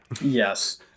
Yes